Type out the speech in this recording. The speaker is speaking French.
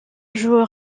joueur